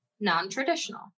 non-traditional